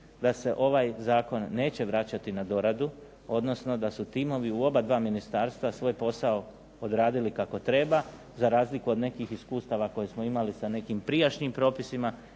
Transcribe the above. da se ovaj zakon neće vraćati na doradu, odnosno da su timovi u obadva ministarstva svoj posao odradili kako treba, za razliku od nekih iskustava koje smo imali sa nekim prijašnjim propisima,